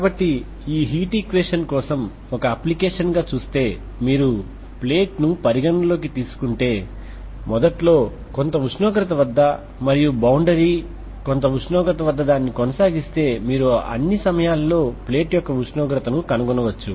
కాబట్టి ఈ heat equation కోసం ఒక అప్లికేషన్గా చూస్తే మీరు ప్లేట్ను పరిగణనలోకి తీసుకుంటే మొదట్లో కొంత ఉష్ణోగ్రత వద్ద మరియు బౌండరీ కొంత ఉష్ణోగ్రత వద్ద దానిని కొనసాగిస్తే మీరు అన్నీ సమయాల్లో ప్లేట్ యొక్క ఉష్ణోగ్రతను కనుగొనవచ్చు